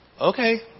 okay